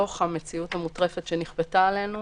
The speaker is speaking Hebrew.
שבתוך המציאות המוטרפת שנכפתה עלינו